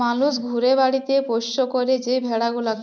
মালুস ঘরে বাড়িতে পৌষ্য ক্যরে যে ভেড়া গুলাকে